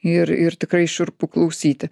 ir ir tikrai šiurpu klausyti